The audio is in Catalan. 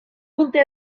culte